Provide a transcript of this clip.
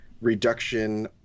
reduction